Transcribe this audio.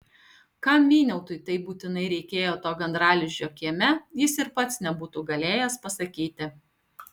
kam vyniautui taip būtinai reikėjo to gandralizdžio kieme jis ir pats nebūtų galėjęs pasakyti